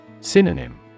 Synonym